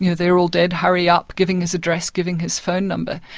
you know they're all dead, hurry up, giving his address, giving his phone number,